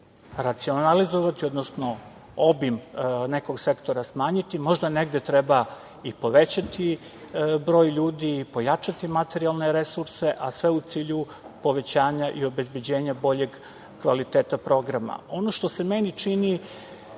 racionalizovati, odnosno obim nekog sektora smanjiti, možda negde treba i povećati broj ljudi, pojačati materijalne resurse, a sve u cilju povećanja i obezbeđenja boljeg kvaliteta programa. Ono što se meni čini